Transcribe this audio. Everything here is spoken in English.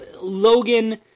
Logan